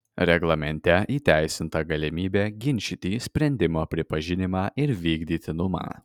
reglamente įteisinta galimybė ginčyti sprendimo pripažinimą ir vykdytinumą